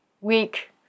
week